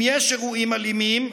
אם יש אירועים אלימים,